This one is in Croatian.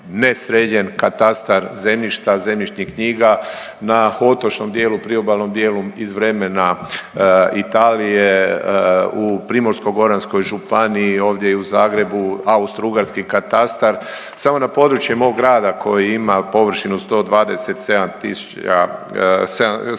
katastar zemljišta, zemljišnih knjiga na otočnom dijelu, priobalnom dijelu iz vremena Italije u Primorsko-goranskoj županiji ovdje i u Zagrebu Austrougarski katastar. Samo na području mog grada koji ima površinu 127